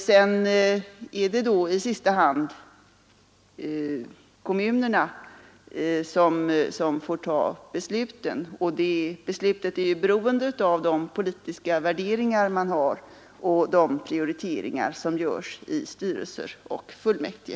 Sedan är det i sista hand kommunerna som får ta besluten, och dessa blir ju beroende av de politiska värderingar man har och de prioriteringar som görs i styrelser och fullmäktige.